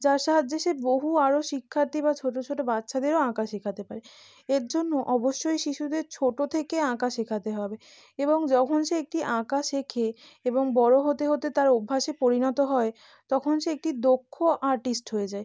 যার সাহায্যে সে বহু আরো শিক্ষার্থী বা ছোটো ছোটো বাচ্ছাদেরও আঁকা শেখাতে পারে এর জন্য অবশ্যই শিশুদের ছোটো থেকে আঁকা শেখাতে হবে এবং যখন সে একটি আঁকা শেখে এবং বড়ো হতে হতে তার অভ্যাসে পরিণত হয় তখন সে একটি দক্ষ আর্টিস্ট হয়ে যায়